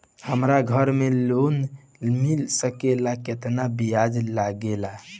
हमरा घर के लोन मिल सकेला केतना ब्याज लागेला?